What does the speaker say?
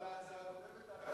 גם על ההצעה הקודמת